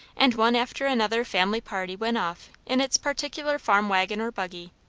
and one after another family party went off in its particular farm waggon or buggy.